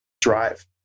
drive